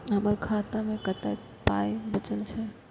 हमर खाता मे कतैक पाय बचल छै